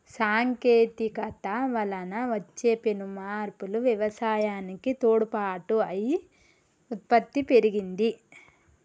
సాంకేతికత వలన వచ్చే పెను మార్పులు వ్యవసాయానికి తోడ్పాటు అయి ఉత్పత్తి పెరిగింది